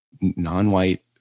non-white